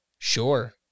Sure